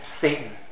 Satan